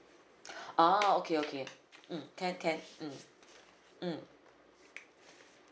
ah okay okay mm can can mm mm